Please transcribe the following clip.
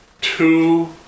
Two